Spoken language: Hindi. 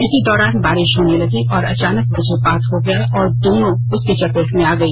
इसी दौरान बारिश होने लगी और अचानक वज्रपात हो गया और दोनों उसके चपेट में आ गई